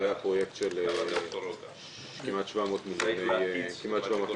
זה היה פרויקט של כמעט 700 מיליון שקלים.